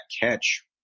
catch